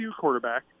quarterback